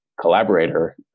collaborator